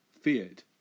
feared